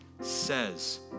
says